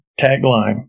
tagline